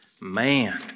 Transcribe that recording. Man